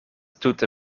tute